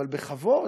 אבל בכבוד.